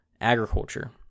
agriculture